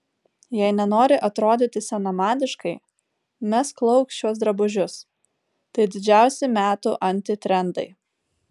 jei nenori atrodyti senamadiškai mesk lauk šiuos drabužius tai didžiausi metų antitrendai